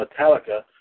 Metallica